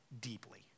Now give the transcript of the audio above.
deeply